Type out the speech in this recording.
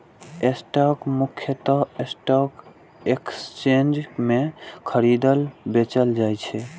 stock मुख्यतः stock exchange मे खरीदल, बेचल जाइ छै